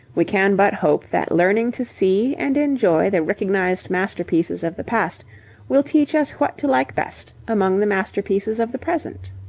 we can but hope that learning to see and enjoy the recognized masterpieces of the past will teach us what to like best among the masterpieces of the present.